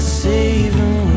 saving